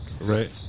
Right